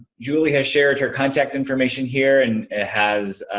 julie has shared her contact information here, and has